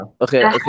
okay